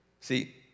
See